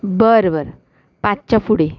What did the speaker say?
बरं बरं पाचच्या पुढे